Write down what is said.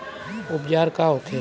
उपचार का होखे?